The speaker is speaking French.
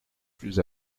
plus